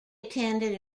attended